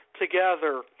together